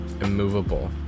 immovable